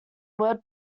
word